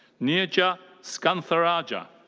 neerjah skantharajah.